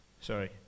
Sorry